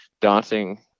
daunting